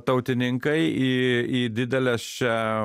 tautininkai į į dideles čia